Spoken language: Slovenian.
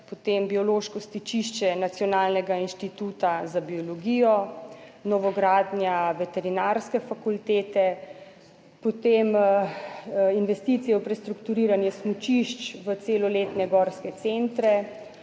potem biološko stičišče Nacionalnega inštituta za biologijo, novogradnja Veterinarske fakultete. Potem investicije v prestrukturiranje smučišč v celoletne gorske centre,